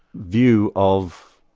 view of